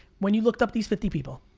when you looked up these fifty people.